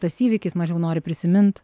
tas įvykis mažiau nori prisimint